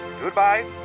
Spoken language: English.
goodbye